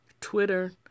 Twitter